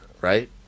right